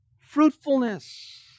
fruitfulness